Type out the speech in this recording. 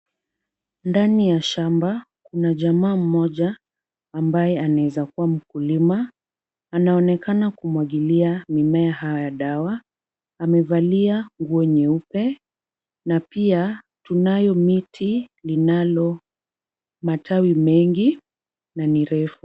Ndani ya shamba, kuna jamaa mmoja ambaye anawezakuwa mkulima. Anaonekana kumwagilia mimea haya dawa. Amevalia nguo nyeupe na pia tunayo miti linalo matawi mengi na ni refu.